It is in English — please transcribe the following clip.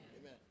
Amen